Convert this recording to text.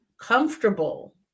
comfortable